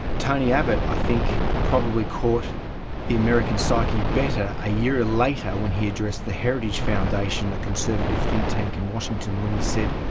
tony abbott i think probably caught the american psyche better a year later when he addressed the heritage foundation, a conservative think-tank in washington when he said,